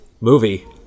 movie